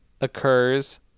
occurs